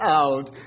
out